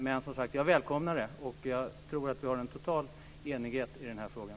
Men som sagt: Jag välkomnar detta, och jag tror att vi har en total enighet i den här frågan.